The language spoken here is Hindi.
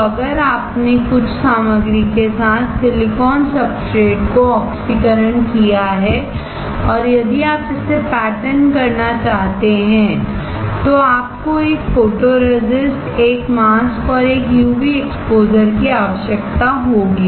तो अगर आपने कुछ सामग्री के साथ सिलिकॉन सब्सट्रेट को ऑक्सीकरण किया है और यदि आप इसे पैटर्न करना चाहते हैं तो आपको एक फोटोरेसिस्ट एक मास्क और एक यूवी एक्सपोज़र की आवश्यकता होगी